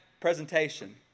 presentation